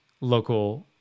local